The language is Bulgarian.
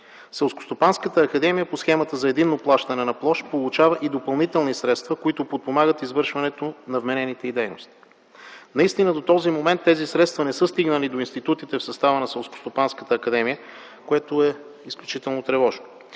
Селскостопанската академия по Схемата за единно плащане на площ получава и допълнителни средства, които подпомагат извършването на вменените й дейности. Наистина до този момент тези средства не са стигнали до институтите в състава на Селскостопанската академия, което е изключително тревожно.